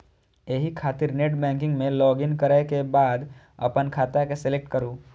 एहि खातिर नेटबैंकिग मे लॉगइन करै के बाद अपन खाता के सेलेक्ट करू